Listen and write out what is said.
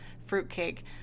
fruitcake